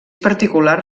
particular